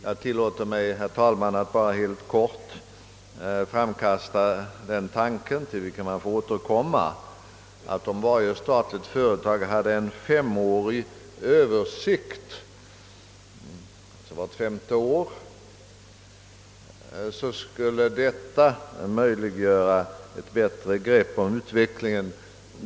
Jag tillåter mig, herr talman, att helt kort framkasta den tanken — till vilken vi får återkomma — att om varje statligt företag lämnade en femårig översikt skulle det möjliggöra ett bättre grepp om utvecklingen.